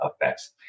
effects